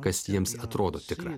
kas jiems atrodo tikra